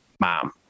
mom